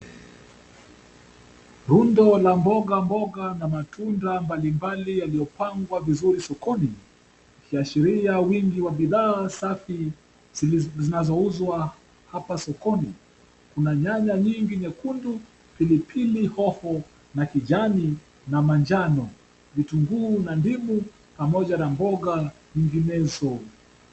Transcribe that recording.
Rundo la mboga mboga na matunda mbalimbali yaliyopangwa vizuri sokoni vikiashiria wingi wa bidhaa safi zinazouzwa hapa sokoni. Kuna nyanya nyingi nyekundu, pilipili hoho ya kijani na manjano, vitunguu na ndimu pamoja na mboga nyinginezo.